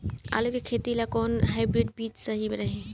आलू के खेती ला कोवन हाइब्रिड बीज सही रही?